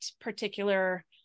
particular